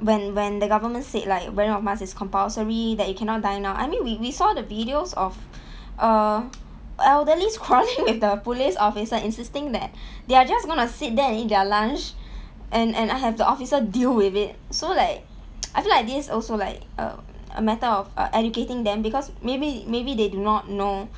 when when the government said like wearing of masks is compulsory that you cannot now I mean we we saw the videos of uh elderlies quarrelling with the police officer insisting that they are just going to sit there and eat their lunch and and have the officer deal with it so like I feel like this also like um a matter of uh educating them because maybe maybe they do not know